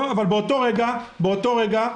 באותו רגע,